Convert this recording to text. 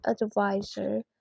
advisor